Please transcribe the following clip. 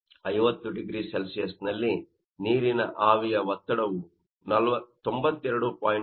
50 0C ನಲ್ಲಿ ನೀರಿನ ಆವಿಯ ಒತ್ತಡವು 92